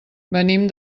venim